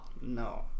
no